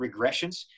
regressions